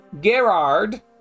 Gerard